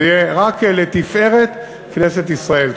זה יהיה רק לתפארת כנסת ישראל.